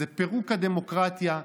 זה פירוק הדמוקרטיה,